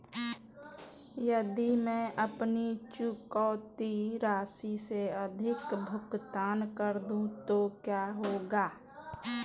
यदि मैं अपनी चुकौती राशि से अधिक भुगतान कर दूं तो क्या होगा?